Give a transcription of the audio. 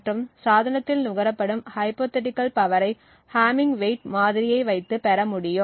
மற்றும் சாதனத்தில் நுகரப்படும் ஹைப்போதீட்டிகள் பவர் ஐ ஹம்மிங் வெயிட்hy மாதிரியை வைத்து பெற முடியும்